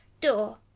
Door